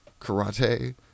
karate